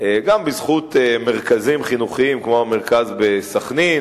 גם בזכות מרכזים חינוכיים כמו המרכז בסח'נין